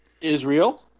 Israel